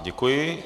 Děkuji.